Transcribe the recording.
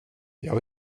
jag